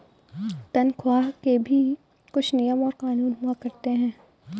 तन्ख्वाह के भी कुछ नियम और कानून हुआ करते हैं